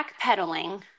backpedaling